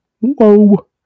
Whoa